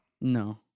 No